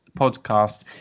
Podcast